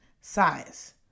size